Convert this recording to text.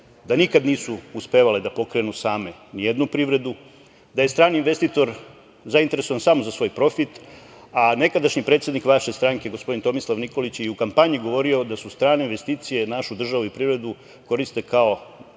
da nikad nisu uspevale da pokrenu same nijednu privredu, da je strani investitor zainteresovan samo za svoj profit, a nekadašnji predsednik vaše stranke, gospodin, Tomislav Nikolić je i u kampanji govorio da strane investicije našu državu i privredu koriste kao